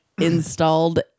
installed